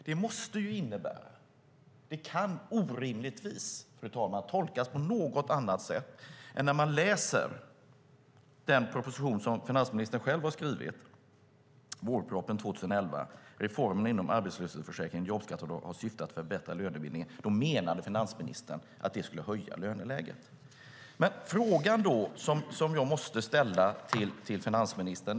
Det måste innebära - det kan orimligtvis tolkas på något annat sätt, fru talman - att när man läser den proposition som finansministern själv har skrivit, vårpropositionen 2011, om att reformerna inom arbetslöshetsförsäkringen och jobbskatteavdraget har syftat till att förbättra lönebildningen menade finansministern att det skulle höja löneläget. Det finns en fråga som jag måste ställa till finansministern.